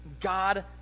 God